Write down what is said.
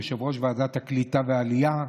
יושב-ראש ועדת העלייה והקליטה,